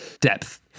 depth